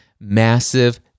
massive